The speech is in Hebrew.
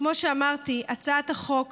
כמו שאמרתי, הצעת החוק